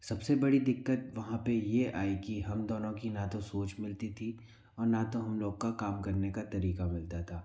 सबसे बड़ी दिक्कत वहाँ पर यह आई कि हम दोनों की न तो सोच मिलती थी और न तो हम लोग का काम करने का तरीका मिलता था